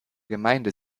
gemeinde